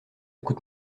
coûte